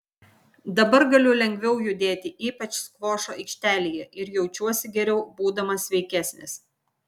dabar galiu lengviau judėti ypač skvošo aikštelėje ir jaučiuosi geriau būdamas sveikesnis